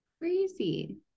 crazy